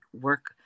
work